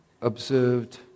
observed